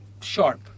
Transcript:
sharp